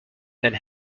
and